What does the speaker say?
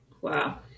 Wow